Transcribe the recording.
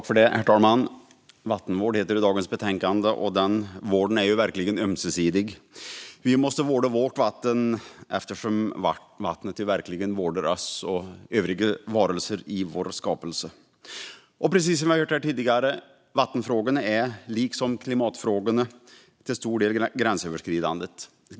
Herr talman! Vattenvård heter dagens betänkande, och den vården är verkligen ömsesidig. Vi måste vårda vårt vatten eftersom vattnet vårdar oss och övriga varelser i vår skapelse. Precis som vi hört tidigare här är vattenfrågorna liksom klimatfrågorna till stor del gränsöverskridande.